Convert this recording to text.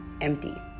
empty